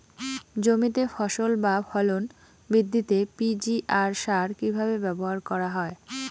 জমিতে ফসল বা ফলন বৃদ্ধিতে পি.জি.আর সার কীভাবে ব্যবহার করা হয়?